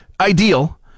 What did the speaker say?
ideal